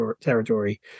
territory